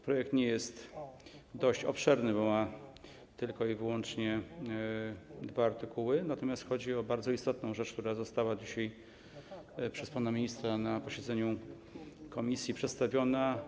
Projekt nie jest zbyt obszerny, bo ma tylko i wyłącznie dwa artykuły, natomiast chodzi o bardzo istotną rzecz, która została dzisiaj przez pana ministra na posiedzeniu komisji przedstawiona.